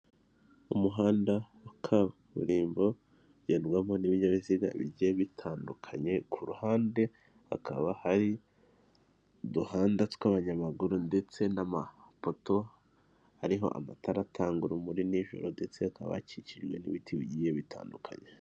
Umuhanda wa kaburimbo ugendwamo n'ibinyabiziga bigiye bitandukanye, ku ruhande hakaba hari uduhanda tw'abanyamaguru ndetse n'amapoto ariho amatara atanga urumuri nijoro ndetse hakaba hakikijwe n'ibiti bigiye bitandukanye.